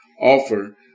offer